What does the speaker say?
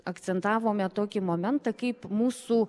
akcentavome tokį momentą kaip mūsų